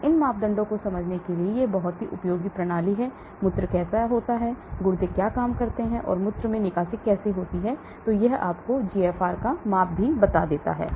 तो इन मापदंडों को समझने के लिए बहुत उपयोगी हैं प्रणाली मूत्र कैसे होता है गुर्दे काम करते हैं और मूत्र में निकासी कैसे होती है और यह आपको GFR का माप भी देता है